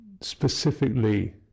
specifically